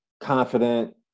confident